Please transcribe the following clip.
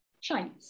shines